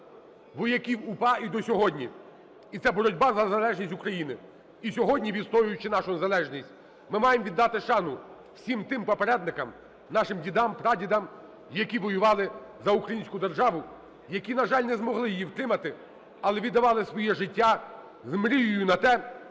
вояків УПА і до сьогодні. І це боротьба за залежність України. І сьогодні, відстоюючи нашу залежність, ми маємо віддати шану всім тим попередникам, нашим дідам, прадідам, які воювали за українську державу, які, на жаль, не змогли її втримати, але віддавали своє життя з мрією на те,